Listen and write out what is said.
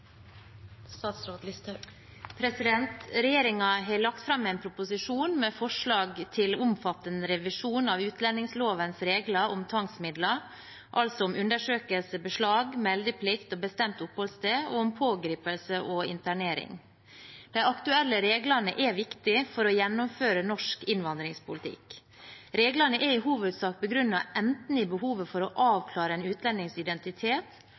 har lagt fram en proposisjon med forslag til omfattende revisjon av utlendingslovens regler om tvangsmidler – altså om undersøkelse, beslag, meldeplikt og bestemt oppholdssted og om pågripelse og internering. De aktuelle reglene er viktige for å gjennomføre norsk innvandringspolitikk. Reglene er i hovedsak begrunnet enten i behovet for å avklare en utlendings identitet